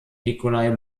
nikolai